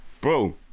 Bro